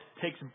takes